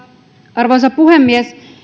arvoisa puhemies